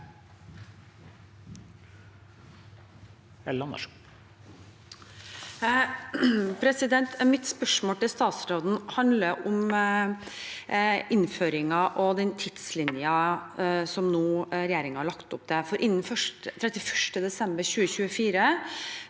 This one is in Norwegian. Mitt spørs- mål til statsråden handler om innføringen og den tidslinjen som regjeringen har lagt opp til. Innen 31. desember 2024